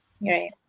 Right